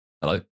Hello